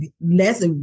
Less